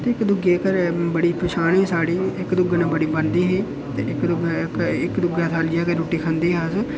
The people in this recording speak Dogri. ते इक दूए घर बड़ी पन्छान ही साढ़ी इक दूए ने बड़ी बनदी ही ते इक दूए इक दूए दे गै थालियै रुट्टी खंदे हे अस